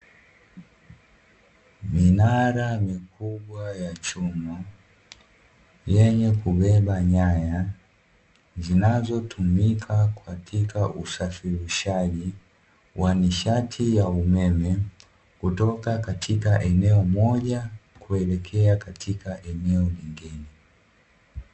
Minara mikubwa ya chuma yenye kubeba nyanya zinazotumika katika usafirishaji wa nishati ya umeme, kutoka katika eneo moja kuelekea katika eneo lingine.